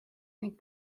ning